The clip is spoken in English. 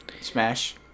smash